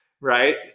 right